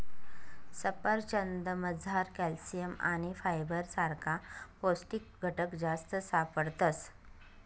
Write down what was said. सफरचंदमझार कॅल्शियम आणि फायबर सारखा पौष्टिक घटक जास्त सापडतस